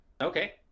okay